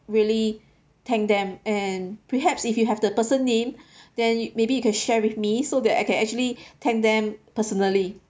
really thank them and perhaps if you have the person name then maybe you can share with me so that I can actually thank them personally